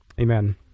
Amen